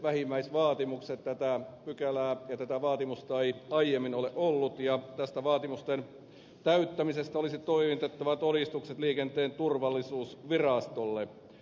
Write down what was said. tätä pykälää ja tätä vaatimusta ei aiemmin ole ollut ja tästä vaatimusten täyttämisestä olisi toimitettava todistukset liikenteen turvallisuusvirastolle